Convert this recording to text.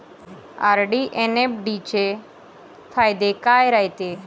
RD अन FD चे फायदे काय रायते?